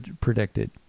predicted